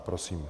Prosím.